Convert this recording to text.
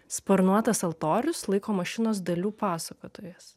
sparnuotas altorius laiko mašinos dalių pasakotojas